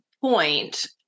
point